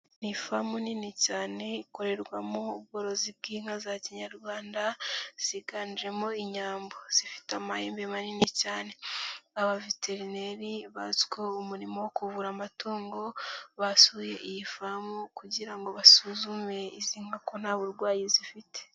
Ni ifamu nini cyane ikorerwamo ubworozi bw'inka za kinyarwanda ziganjemo inyambo zifite amahembe manini cyane, abaveterineri bazwiho umurimo wo kuvura amatungo basuye iyi famu kugira ngo basuzume izi nka ko nta burwayi zifite.